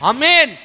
Amen